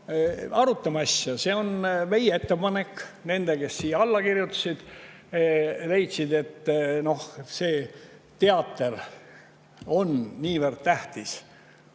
arutame asja. See on meie ettepanek – need, kes siia alla kirjutasid, leidsid, et see teater on niivõrd tähtis